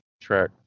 track